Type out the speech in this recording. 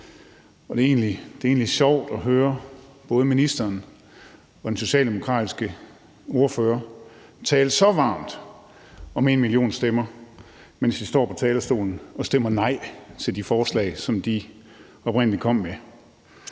egentlig sjovt at høre både ministeren og den socialdemokratiske ordfører tale så varmt om #enmillionstemmer stemmer, mens de står på talerstolen og stemmer nej til de forslag, som de oprindelig kom med.